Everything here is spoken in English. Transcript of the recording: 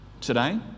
today